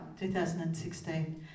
2016